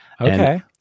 Okay